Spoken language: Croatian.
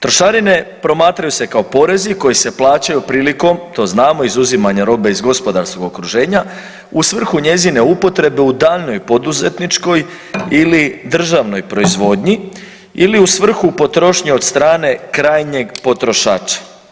Trošarine promatraju se kao porezi koji se plaćaju prilikom, to znamo izuzimanja robe iz gospodarskog okruženja u svrhu njezine upotrebe u daljnjoj poduzetničkoj ili državnoj proizvodnji ili u svrhu potrošnje od strane krajnjeg potrošača.